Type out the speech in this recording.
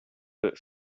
but